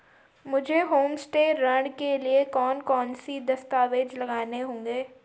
मुझे होमस्टे ऋण के लिए कौन कौनसे दस्तावेज़ लगाने होंगे?